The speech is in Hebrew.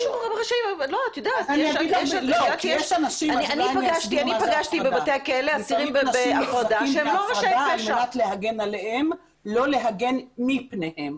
אני פגשתי בבתי הכלא אסירים בהפרדה שהם לא מראשי ארגוני הפשיעה.